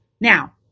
Now